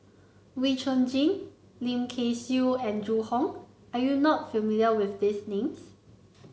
Wee Chong Jin Lim Kay Siu and Zhu Hong are you not familiar with these names